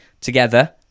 together